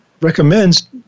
recommends